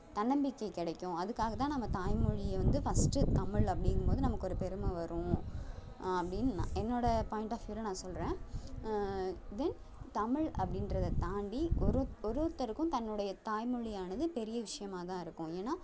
தன்னம்பிக்கை கிடைக்கும் அதுக்காகத் தான் நம்ம தாய் மொழியை வந்து ஃபஸ்ட்டு தமிழ் அப்படீங்கும் போது நமக்கு ஒரு பெருமை வரும் அப்படீன்னு நான் என்னோடய பாயிண்ட் ஆஃப் வியூவில் நான் சொல்கிறேன் தென் தமிழ் அப்படீன்றத தாண்டி ஒரு ஒரு ஒருத்தருக்கும் தன்னுடைய தாய் மொழியானது பெரிய விஷயமா தான் இருக்கும் ஏன்னால்